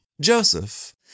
Joseph